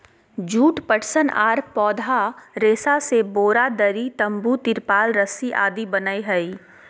जुट, पटसन आर पौधा रेशा से बोरा, दरी, तंबू, तिरपाल रस्सी आदि बनय हई